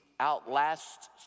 outlasts